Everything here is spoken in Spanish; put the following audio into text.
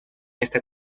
esta